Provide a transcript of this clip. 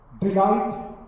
Delight